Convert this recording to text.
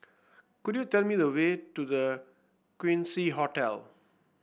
could you tell me the way to The Quincy Hotel